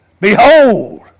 Behold